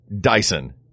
dyson